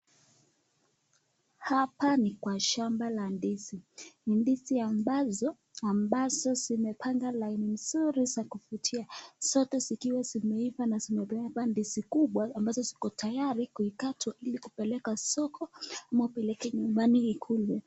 Hapa ni kwa shamba la ndizi, ni ndizi ambazo zimepanga laini nzuri sana za kuvutia, zote zikiwa zimeiva na zimebeba ndizi kubwa ambazo ziko tayari kuikatwa ili kupelekwa soko ama kupeleka nyumbani ikulwe.